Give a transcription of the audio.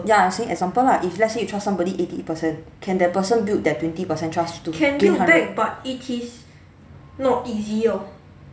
ya I saying example lah if let's say you trust somebody eighty percent can that person build that twenty percent trust to